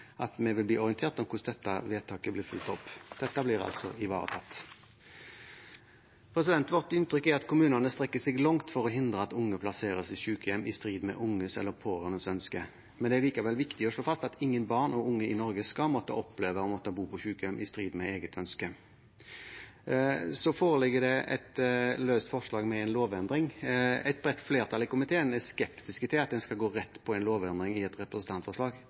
at vi vil bli orientert om hvordan dette vedtaket blir fulgt opp. Dette blir altså ivaretatt. Vårt inntrykk er at kommunene strekker seg langt for å hindre at unge plasseres i sykehjem i strid med de unges eller pårørendes ønske. Det er likevel viktig å slå fast at ingen barn eller unge i Norge skal måtte oppleve å måtte bo på sykehjem i strid med eget ønske. Det foreligger et løst forslag med en lovendring. Et bredt flertall i komiteen er skeptiske til at en skal gå rett på en lovendring i et representantforslag